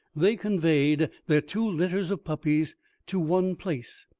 they conveyed their two litters of puppies to one place,